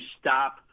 stop